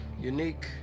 unique